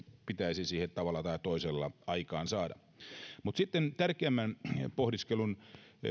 pitäisi siihen tavalla tai toisella aikaansaada sitten tärkeämmän pohdiskelun